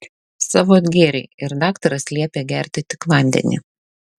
savo atgėrei ir daktaras liepė gerti tik vandenį